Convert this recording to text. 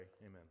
Amen